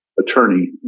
attorney